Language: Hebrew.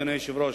אדוני היושב-ראש,